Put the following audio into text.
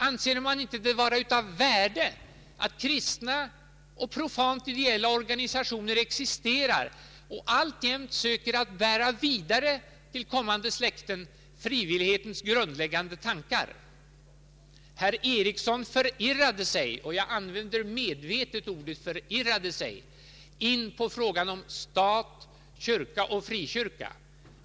Anser ni det inte vara av värde att kristna och profant ideella organisationer existerar och alltjämt söker bära vidare frivillighetens grundläggande tankar till kommande släkten? Herr John Ericsson förirrade sig — jag använder medvetet ordet förirrade — in på frågan om stat frikyrka.